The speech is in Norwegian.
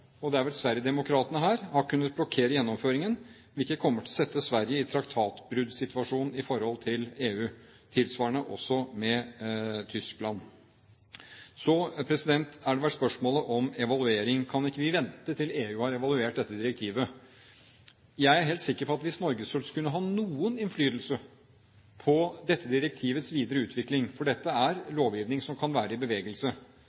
og det er vel Sverigedemokraterna – har kunnet blokkere gjennomføringen, hvilket kommer til å sette Sverige i traktatsbruddssituasjon i forhold til EU. Tilsvarende gjelder også for Tyskland. Så har det vært spørsmål om evaluering: Kan ikke vi vente til EU har evaluert dette direktivet? Jeg er helt sikker på at hvis Norge skulle ha noen innflytelse på dette direktivets videre utvikling, for dette er lovgivning som kan være i bevegelse,